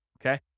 Okay